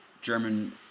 German